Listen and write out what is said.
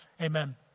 Amen